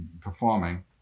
performing